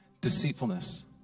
Deceitfulness